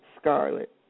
scarlet